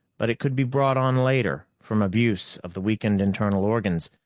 but it could be brought on later from abuse of the weakened internal organs,